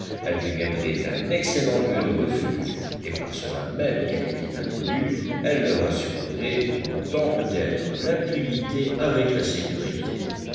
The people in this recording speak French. elle deviendrait un excellent lieu de refuge et par cela même qu'elle était inconnue elle leur assurerait pour longtemps peut-être l'impunité avec la sécurité